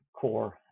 core